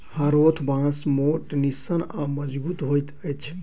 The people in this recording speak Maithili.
हरोथ बाँस मोट, निस्सन आ मजगुत होइत अछि